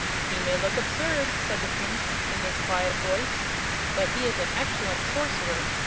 he may look absurd, said the prince, in his quiet voice but he is an excellent sorcerer.